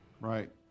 Right